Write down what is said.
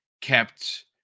kept